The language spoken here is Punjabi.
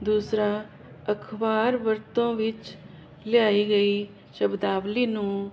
ਦੂਸਰਾ ਅਖਬਾਰ ਵਰਤੋਂ ਵਿੱਚ ਲਿਆਈ ਗਈ ਸ਼ਬਦਾਵਲੀ ਨੂੰ